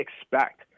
expect